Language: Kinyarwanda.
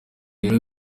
rero